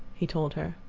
he told her.